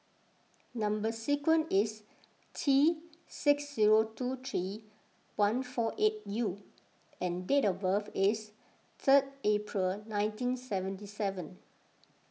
Number Sequence is T six zero two three one four eight U and date of birth is third April nineteen seventy seven